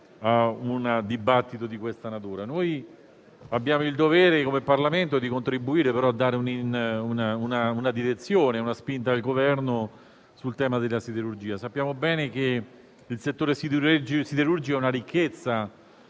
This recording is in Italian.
a un dibattito di questa natura. Noi abbiamo il dovere, come Parlamento, di contribuire a dare una direzione e una spinta al Governo sul tema della siderurgia. Sappiamo bene che il settore siderurgico è una ricchezza